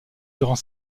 durant